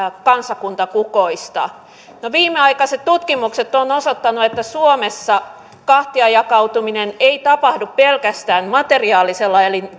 kansakunta kukoistaa viimeaikaiset tutkimukset ovat osoittaneet että suomessa kahtia jakautuminen ei tapahdu pelkästään materiaalisen